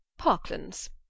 Parklands